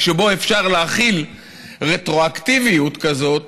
שבו אפשר להחיל רטרואקטיביות כזאת,